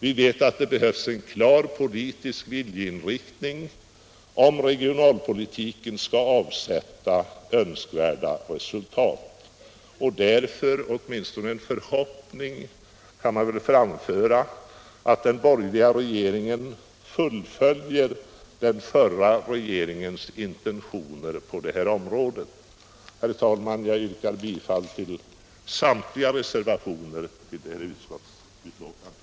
Vi vet att det behövs en klar politisk viljeinriktning, om regionalpolitiken skall ge önskvärda resultat. Därför vill jag framföra den förhoppningen att den borgerliga regeringen fullföljer den förra regeringens intentioner på detta område. Herr talman! Jag yrkar bifall till samtliga reservationer vid detta betänkande.